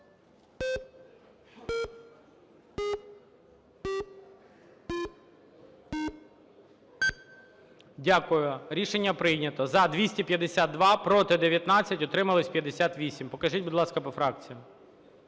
Дякую. Рішення прийнято. За – 252, проти – 19, утрималось – 50. Покажіть, будь ласка, по фракціях.